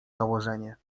założenie